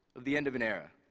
of the end of an era.